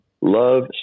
love